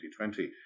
2020